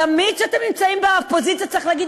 תמיד כשאתם נמצאים באופוזיציה צריך להגיד